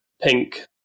pink